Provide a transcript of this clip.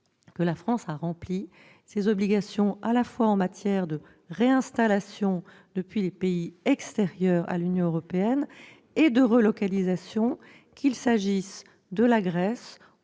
notre pays a rempli ses obligations à la fois en matière de réinstallation depuis les pays extérieurs à l'Union européenne et de relocalisation, qu'il s'agisse de la Grèce,